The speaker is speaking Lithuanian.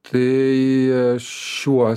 tai šiuo